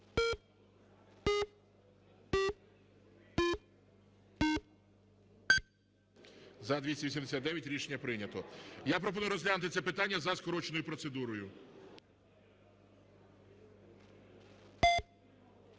За-289 Рішення прийнято. Я пропоную розглянути це питання за скороченою процедурою.